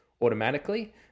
automatically